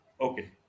Okay